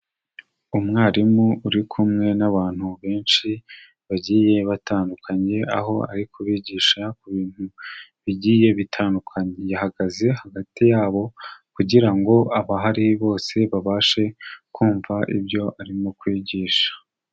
Umwarimu uri kumwe n'abantu benshi bagiye batandukanye, aho ari kubigisha ku bintu bigiye bitandukanye. Yahagaze hagati yabo, kugira ngo abahari bose, babashe kumva ibyo arimo kwigisha.